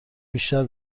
بیشتر